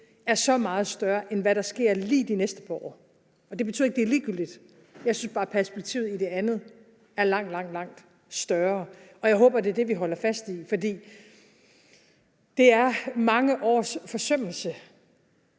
er så meget større, end hvad der sker lige de næste par år. Det betyder ikke, at det er ligegyldigt. Jeg synes bare, perspektivet i det andet er langt, langt større, og jeg håber, det er det, vi holder fast i, for det er mange års forsømmelse,